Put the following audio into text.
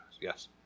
Yes